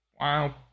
Wow